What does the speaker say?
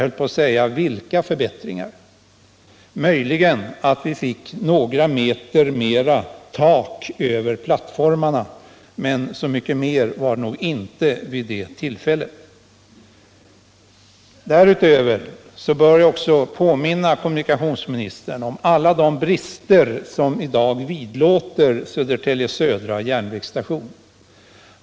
Möjligen kan man räkna som en förbättring att vi fick ytterligare några meter tak över plattformarna, men så mycket mer var det nog inte vid det tillfället. Vidare vill jag påminna kommunikationsministern om alla de brister som i dag vidlåder järnvägsstationen Södertälje Södra.